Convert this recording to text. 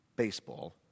Baseball